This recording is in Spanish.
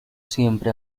siempre